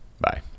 bye